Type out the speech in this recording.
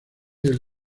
del